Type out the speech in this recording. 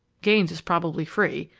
gaines is probably free,